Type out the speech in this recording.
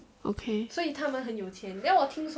okay